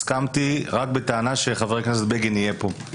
הסכמתי רק בטענה שחבר הכנסת בגין יהיה פה.